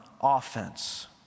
offense